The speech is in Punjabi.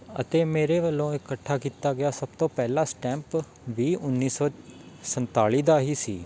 ਅਤੇ ਮੇਰੇ ਵੱਲੋਂ ਇਕੱਠਾ ਕੀਤਾ ਗਿਆ ਸਭ ਤੋਂ ਪਹਿਲਾ ਸਟੈਂਪ ਵੀਹ ਉੱਨੀ ਸੌ ਸੰਤਾਲੀ ਦਾ ਹੀ ਸੀ